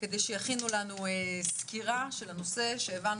כדי שיכינו לנו סקירה של הנושא שהבנו